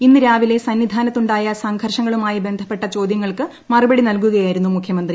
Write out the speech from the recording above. ഇന്ന് രാവിലെ സന്നിധാനത്തുണ്ടായ സംഘർഷങ്ങളുമായി ബന്ധപ്പെട്ട ചോദ്യങ്ങൾക്ക് മറുപടി നൽകുകയായിരുന്നു മുഖ്യമന്ത്രി